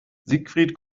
siegfried